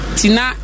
tina